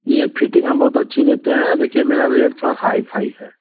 यह फिटिंग हम बहुत अच्छी देते हैं देखिए मेरा रेट थोड़ा हाइ फाइ है